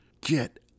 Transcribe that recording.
get